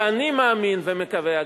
ואני מאמין ומקווה,